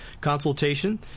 consultation